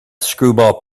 screwball